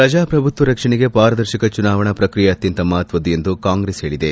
ಪ್ರಜಾಪ್ರಭುತ್ವ ರಕ್ಷಣೆಗೆ ಪಾರದರ್ಶಕ ಚುನಾವಣಾ ಪ್ರಕ್ರಿಯೆ ಅತ್ಯಂತ ಮಹತ್ವದ್ದು ಎಂದು ಕಾಂಗ್ರೆಸ್ ಹೇಳಿದೆ